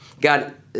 God